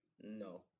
no